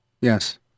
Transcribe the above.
Yes